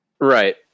Right